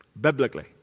Biblically